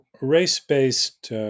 race-based